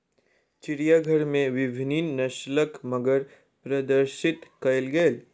चिड़ियाघर में विभिन्न नस्लक मगर प्रदर्शित कयल गेल